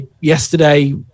Yesterday